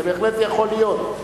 זה בהחלט יכול להיות,